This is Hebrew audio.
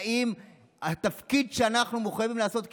האם התפקיד שאנחנו מחויבים לעשות כתקשורת,